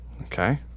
okay